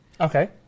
okay